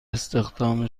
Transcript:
استخدام